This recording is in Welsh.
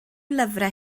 lyfrau